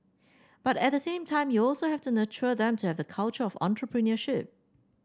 but at the same time you also have to nurture them to have the culture of entrepreneurship